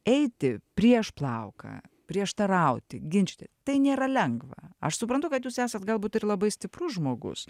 eiti prieš plauką prieštarauti ginčyti tai nėra lengva aš suprantu kad jūs esat galbūt ir labai stiprus žmogus